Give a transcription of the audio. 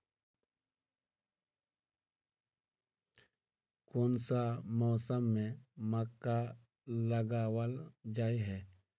कोन सा मौसम में मक्का लगावल जाय है?